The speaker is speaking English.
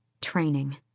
Training